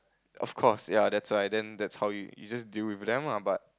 of course ya that's why then that's how you you just deal with them ah but